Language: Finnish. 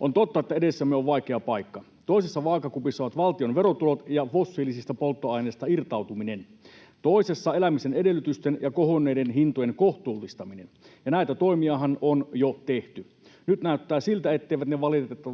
On totta, että edessämme on vaikea paikka: toisessa vaakakupissa ovat valtion verotulot ja fossiilisista polttoaineista irtautuminen, toisessa elämisen edellytysten ja kohonneiden hintojen kohtuullistaminen, ja näitä toimiahan on jo tehty. Nyt näyttää siltä, etteivät ne